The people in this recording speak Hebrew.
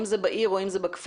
אם זה בעיר או אם זה בכפר,